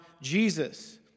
Jesus